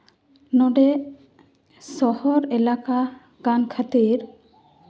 ᱱᱚᱰᱮ ᱥᱚᱦᱚᱨ ᱮᱞᱟᱠᱟ ᱠᱟᱱ ᱠᱷᱟᱹᱛᱤᱨ